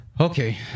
Okay